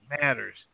matters